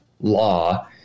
law